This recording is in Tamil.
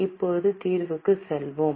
இப்போது தீர்வுக்கு செல்வோம்